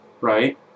right